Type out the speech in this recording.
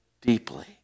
deeply